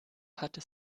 hatte